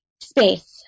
space